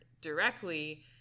directly